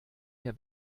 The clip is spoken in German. mir